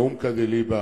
מעומקא דליבא